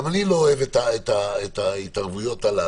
גם אני לא אוהב את ההתערבויות הללו.